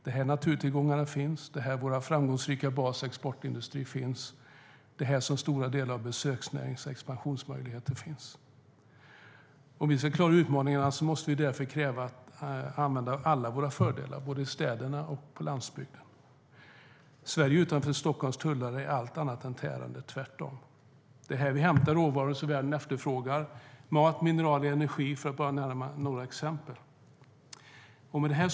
Det är här naturtillgångarna finns, det är här vår framgångsrika basexportindustri finns, och det är här som stora delar av besöksnäringens expansionsmöjligheter finns. Om vi ska klara utmaningarna måste vi därför använda alla våra fördelar både i städerna och på landsbygden. Sverige utanför Stockholms tullar är allt annat än tärande, tvärtom. Det är här vi hämtar råvaror som världen efterfrågar - mat, mineraler, energi, för att bara ta några exempel.